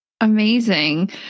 Amazing